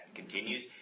continues